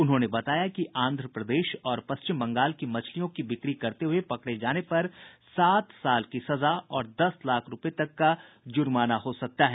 उन्होंने बताया कि आंध्र प्रदेश और पश्चिम बंगाल की मछलियों की बिक्री करते हये पकड़े जाने पर सात साल की सजा और दस लाख रूपये तक का जुर्माना हो सकता है